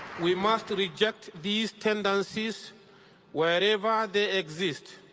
we must reject these tendencies wherever they exist,